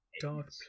Dark